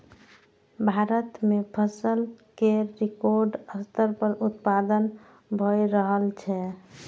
भारत मे फसल केर रिकॉर्ड स्तर पर उत्पादन भए रहल छै